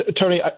Tony